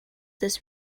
this